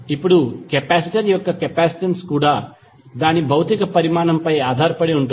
ఇప్పుడు కెపాసిటర్ యొక్క కెపాసిటెన్స్ కూడా దాని భౌతిక పరిమాణంపై ఆధారపడి ఉంటుంది